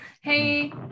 hey